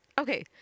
Okay